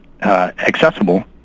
accessible